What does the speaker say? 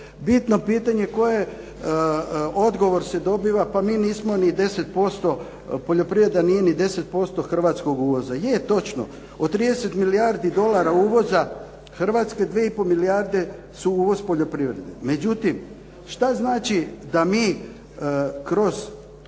bitno pitanje koje odgovor se dobiva pa mi nismo ni 10%, poljoprivreda nije ni 10% hrvatskog uvoza. Je točno. Od 30 milijardi dolara uvoza Hrvatske 2 i pol milijarde su uvoz poljoprivrede. Međutim, šta znači da mi kroz